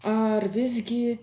ar visgi